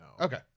okay